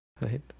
right